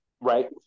right